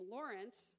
Lawrence